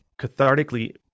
cathartically